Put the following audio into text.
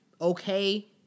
Okay